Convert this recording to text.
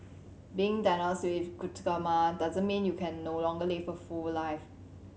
being diagnosed with glaucoma doesn't mean you can no longer live a full life